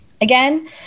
again